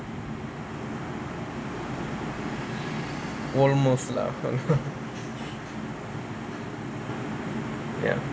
almost lah ya